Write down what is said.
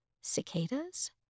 Cicadas